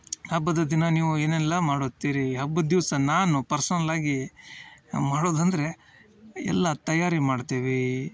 ಹಬ್ಬದ ದಿನ ನೀವು ಏನೆಲ್ಲಾ ಮಾಡುತ್ತೀರಿ ಹಬ್ಬದ ದಿವಸ ನಾನು ಪರ್ಸ್ನಲ್ಲಾಗಿ ಮಾಡುದಂದರೆ ಎಲ್ಲಾ ತಯಾರಿ ಮಾಡ್ತೀವಿ